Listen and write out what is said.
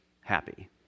happy